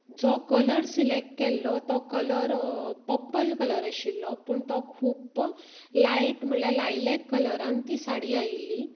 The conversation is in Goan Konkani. जो कलर सिलेक्ट केल्लो तो कलर पर्पल कलर आशिल्लो पूण तो खूब्ब लायट म्हळ्यार लायलेक कलरान ती साडी आयिल्ली